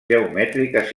geomètriques